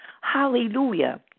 Hallelujah